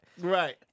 Right